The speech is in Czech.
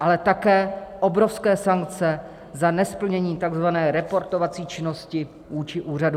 ale také obrovské sankce za nesplnění takzvané reportovací činnosti vůči úřadům.